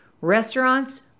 restaurants